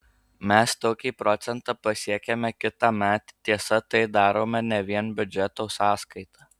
mes tokį procentą pasiekiame kitąmet tiesa tai darome ne vien biudžeto sąskaita